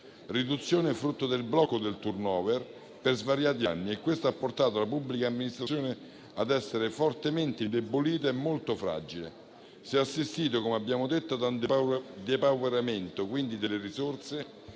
riduzione è frutto del blocco del *turnover* per svariati anni e questo ha portato la pubblica amministrazione ad essere fortemente indebolita e molto fragile. Si è assistito, come abbiamo detto, a un depauperamento delle risorse